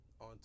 on